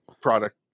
product